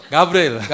Gabriel